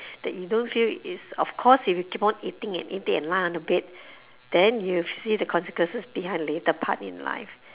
that you don't feel is of course if you keep on eating and eating and lie on the bed then you'll feel the consequences behind later part in life